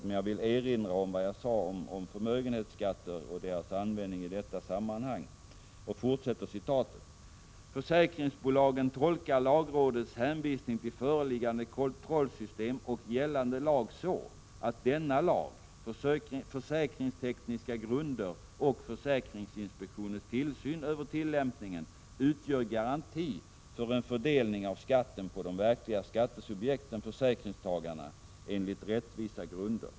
Men jag vill erinra om vad jag sade om förmögenhetsskatter och deras användning i detta sammanhang. Citatet fortsätter: ”Försäkringsbolagen tolkar lagrådets hänvisning till föreliggande kontrollsystem och gällande lag så att denna lag, försäkringstekniska grunder och försäkringsinspektionens tillsyn över tillämpningen utgör garanti för en fördelning av skatten på de verkliga skattesubjekten — försäkringstagarna — enligt rättvisa grunder.